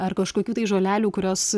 ar kažkokių tai žolelių kurios